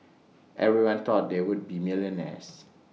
everyone thought they would be millionaires